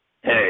Hey